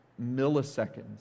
milliseconds